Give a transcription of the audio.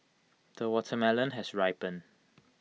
the watermelon has ripened